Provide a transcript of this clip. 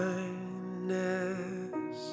Kindness